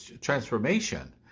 transformation